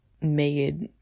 made